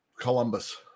Columbus